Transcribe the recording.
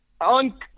on